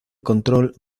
control